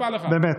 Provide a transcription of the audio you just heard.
באמת.